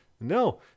No